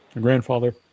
grandfather